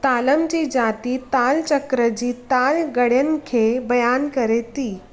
तालनि जी जाति ताल चक्र जी ताल घणियनि खे बयानु करे थी